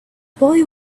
boy